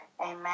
Amen